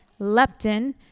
leptin